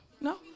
No